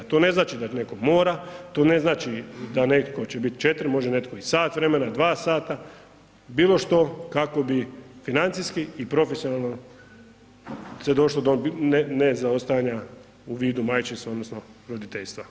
To ne znači da netko mora, to ne znači da netko će biti 4, može netko i sat vremena, 2 sata, bilo što kako bi financijski i profesionalno se došlo do ne zaostajanja u vidu majčinstva odnosno roditeljstva.